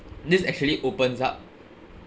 this actually opens up